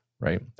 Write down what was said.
Right